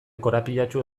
korapilatsu